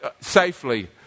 safely